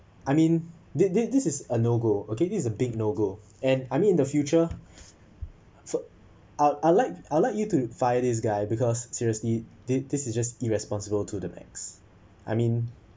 I mean this this this is a no go okay this is a big no go and I mean in the future for I'd like I'd like you to fire this guy because seriously this this is just irresponsible to the max I mean